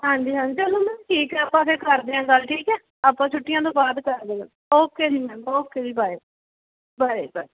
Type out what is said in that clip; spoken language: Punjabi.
ਹਾਂਜੀ ਹਾਂਜੀ ਚਲੋ ਮੈਮ ਠੀਕ ਆ ਆਪਾਂ ਫਿਰ ਕਰਦੇ ਹਾਂ ਗੱਲ ਠੀਕ ਹੈ ਆਪਾਂ ਛੁੱਟੀਆਂ ਤੋਂ ਬਾਅਦ ਕਰਦੇ ਹਾਂ ਓਕੇ ਜੀ ਮੈਮ ਓਕੇ ਜੀ ਬਾਏ ਬਾਏ